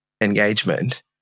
engagement